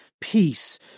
peace